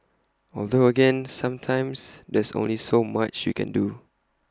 although again sometimes there's only so much you can do